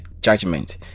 judgment